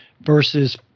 versus